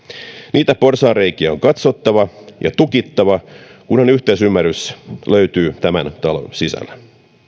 niitä porsaanreikiä on katsottava ja tukittava kunhan yhteisymmärrys löytyy tämän talon sisällä